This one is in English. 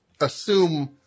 assume